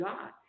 God